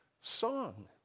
song